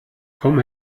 komm